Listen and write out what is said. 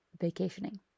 vacationing